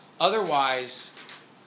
Otherwise